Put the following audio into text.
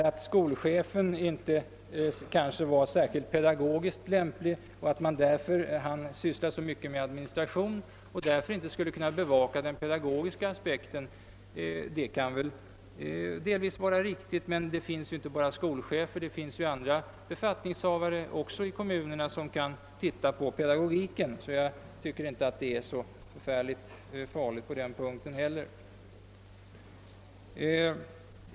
Att skolchefen kanske inte är särskilt pedagogiskt inriktad och att han ägnar sig så mycket åt administration att han därför inte skulle kunna bevaka de pedagogiska frågorna kan väl delvis vara riktigt. Men det finns ju inte bara skolchefer i kommunerna utan även andra befattningshavare som kan intressera sig för pedagogiken. Därför tycker jag inte att det är så särskilt farligt på den här punkten heller.